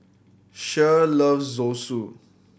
Cher loves Zosui